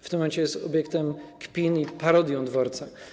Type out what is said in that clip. W tym momencie jest obiektem kpin i parodią dworca.